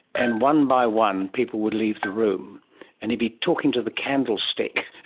and one by one people would leave the room and he'd be talking to the candlestick,